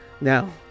now